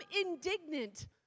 indignant